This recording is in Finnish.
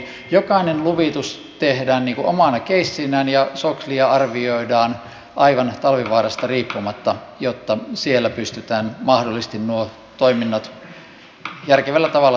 jokainen luvitus tehdään omana keissinään ja soklia arvioidaan aivan talvivaarasta riippumatta jotta siellä pystytään mahdollisesti nuo toiminnot järkevällä tavalla toteuttamaan